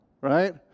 right